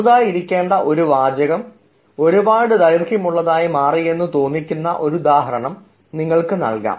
ചെറുതായി ഇരിക്കേണ്ട ഒരു വാചകം ഒരുപാട് ദൈർഘ്യം ഉള്ളതായി മാറി എന്നു തോന്നിക്കുന്ന ഒരു ഉദാഹരണം നിങ്ങൾക്ക് നൽകാം